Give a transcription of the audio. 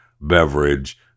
beverage